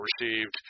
received